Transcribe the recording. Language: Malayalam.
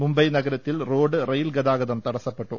മുംബൈ നഗരത്തിൽ റോഡ് റെയിൽ ഗതാഗതം ത്ടസ്സപ്പെട്ടു